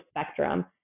spectrum